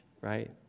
right